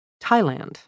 Thailand